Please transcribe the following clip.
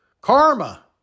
Karma